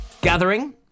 gathering